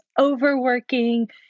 overworking